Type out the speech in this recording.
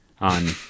on